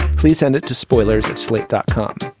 please send it to spoilers at slate dot com.